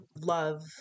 love